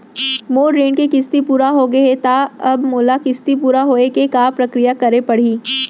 मोर ऋण के किस्ती पूरा होगे हे ता अब मोला किस्ती पूरा होए के का प्रक्रिया करे पड़ही?